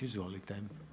Izvolite.